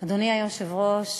במתווה,